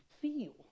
feel